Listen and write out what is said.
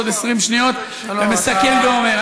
עוד 20 שניות ומסכם ואומר,